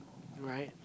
right